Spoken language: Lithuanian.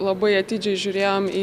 labai atidžiai žiūrėjom į